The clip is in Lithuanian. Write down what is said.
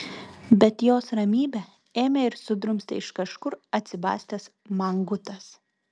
bet jos ramybę ėmė ir sudrumstė iš kažkur atsibastęs mangutas